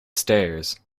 stairs